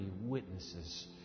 witnesses